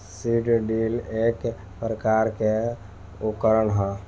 seed drill एक प्रकार के उकरण ह